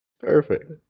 Perfect